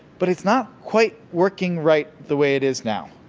but it's not quite working right the way it is now.